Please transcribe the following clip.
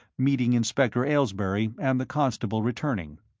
meeting inspector aylesbury and the constable returning.